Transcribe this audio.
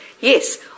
Yes